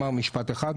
משפט אחד,